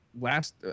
last